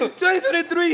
2023